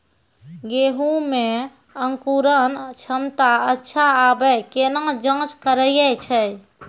गेहूँ मे अंकुरन क्षमता अच्छा आबे केना जाँच करैय छै?